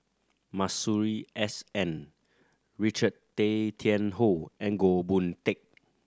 Masuri S N Richard Tay Tian Hoe and Goh Boon Teck